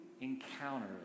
encounter